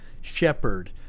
shepherd